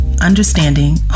understanding